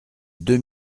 deux